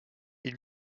ils